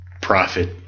profit